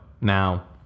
Now